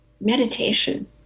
meditation